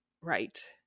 right